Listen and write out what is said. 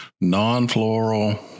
non-floral